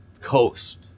coast